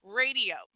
radio